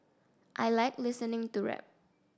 I like listening to rap